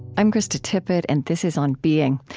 i'm krista tippett and this is on being.